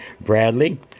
Bradley